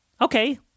Okay